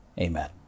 Amen